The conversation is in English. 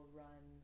run